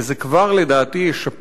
וזה כבר ישפר,